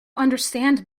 understand